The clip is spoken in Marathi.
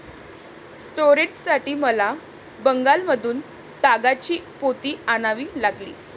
स्टोरेजसाठी मला बंगालमधून तागाची पोती आणावी लागली